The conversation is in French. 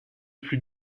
plus